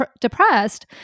depressed